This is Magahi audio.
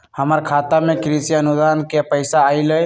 हमर खाता में कृषि अनुदान के पैसा अलई?